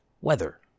weather